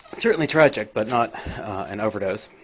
certainly tragic, but not an overdose.